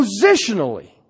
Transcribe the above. Positionally